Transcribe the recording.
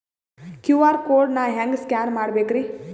QR code ನಾ ಹೆಂಗ scan ಮಾಡಬೇಕ್ರಿ?